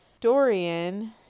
dorian